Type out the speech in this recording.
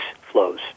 flows